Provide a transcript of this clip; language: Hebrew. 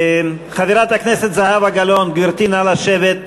חברת הכנסת זהבה גלאון, גברתי נא לשבת.